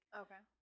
okay